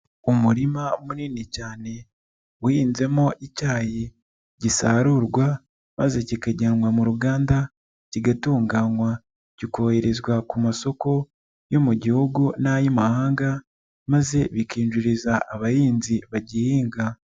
Umurima munini cyane uhinzemo icyayi, gisarurwa maze kikajyanwa mu ruganda kigatunganywa, kikoherezwa ku masoko yo mu Gihugu n'ay'imahanga, maze bikinjiriza abahinzi bagihinga.